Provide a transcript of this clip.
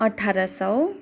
अठार सय